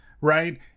right